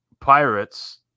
Pirates